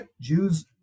Jews